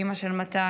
אימא של מתן: